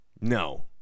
No